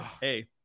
Hey